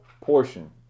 portion